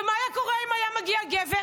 ומה היה קורה אם היה מגיע גבר?